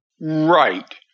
Right